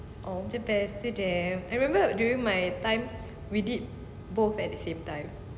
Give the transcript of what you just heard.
all the best to them I remember during my time we did both at the same time